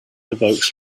evokes